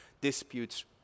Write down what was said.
disputes